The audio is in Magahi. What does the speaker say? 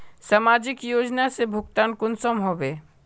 समाजिक योजना से भुगतान कुंसम होबे?